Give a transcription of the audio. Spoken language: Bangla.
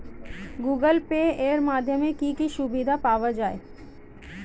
গুগোল পে এর মাধ্যমে কি কি সুবিধা পাওয়া যায়?